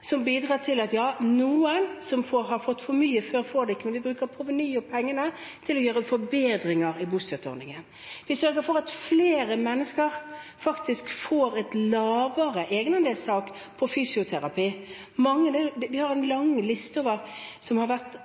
som bidrar til at ja, noen som har fått for mye før, ikke får det, men vi bruker proveny og pengene til å gjøre forbedringer i bostøtteordningen. Vi sørger for at flere mennesker faktisk får et lavere egenandelstak på fysioterapi. Vi har en lang liste med mange som har vært